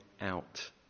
out